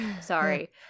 sorry